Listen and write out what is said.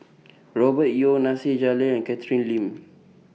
Robert Yeo Nasir Jalil and Catherine Lim